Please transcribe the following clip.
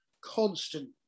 constant